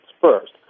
first